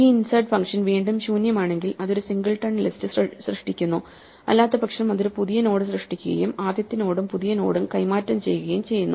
ഈ insert function വീണ്ടും ശൂന്യമാണെങ്കിൽ അത് ഒരു സിംഗിൾട്ടൺ ലിസ്റ്റ് സൃഷ്ടിക്കുന്നു അല്ലാത്തപക്ഷം അത് ഒരു പുതിയ നോഡ് സൃഷ്ടിക്കുകയും ആദ്യത്തെ നോഡും പുതിയ നോഡും കൈമാറ്റം ചെയ്യുകയും ചെയ്യുന്നു